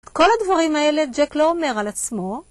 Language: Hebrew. כל הדברים האלה ג'ק לא אומר על עצמו.